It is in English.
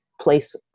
place